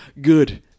Good